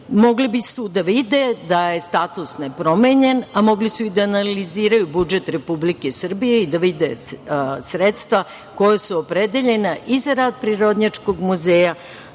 mogli bi da vide da je status nepromenjen. Mogli su i da analiziraju budžet Republike Srbije i da vide sredstva koja su opredeljena i za rad Prirodnjačkog muzeja,